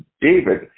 David